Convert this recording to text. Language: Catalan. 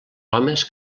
homes